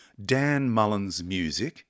danmullinsmusic